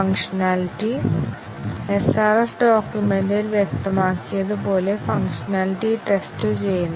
functionality SRS ഡോക്യുമെന്റിൽ വ്യക്തമാക്കിയതുപോലെ functionality test ചെയ്യുന്നു